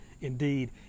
indeed